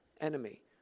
enemy